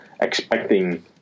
expecting